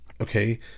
Okay